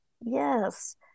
Yes